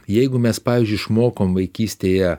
jeigu mes pavyzdžiui išmokom vaikystėje